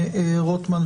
רוטמן,